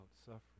suffering